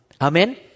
Amen